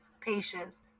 patience